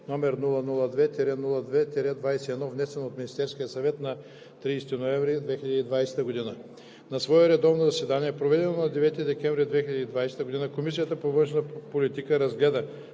№ 002-02-21, внесен от Министерския съвет на 30 ноември 2020 г. На своето редовно заседание, проведено на 9 декември 2020 г., Комисията по външна политика разгледа